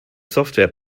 software